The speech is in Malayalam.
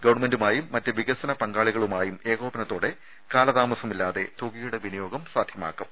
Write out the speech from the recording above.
ഗവൺമെന്റുമായും വികസന പങ്കാളികളുമായും ഏകോപനത്തോടെ മറ്റ് കാലതാമസമില്ലാതെ തുകയുടെ വിനിയോഗം സാധ്യമാക്കും